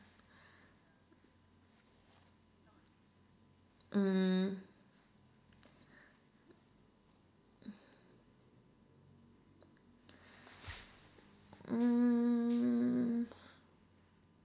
mm mm